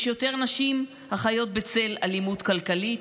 יש יותר נשים החיות בצל אלימות כלכלית,